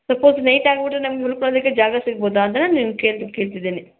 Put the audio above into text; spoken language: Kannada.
ಸಪೋಸ್ ಲೇಟ್ ಆಗಿಬಿಟ್ರೆ ನಮ್ಗೆ ಉಳ್ಕೊಳೋದಕ್ಕೆ ಜಾಗ ಸಿಗ್ಬೋದಾ ಅದನ್ನ ನಿಮ್ಗೆ ಕೇಳಿ ಕೇಳ್ತಿದ್ದೀನಿ